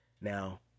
Now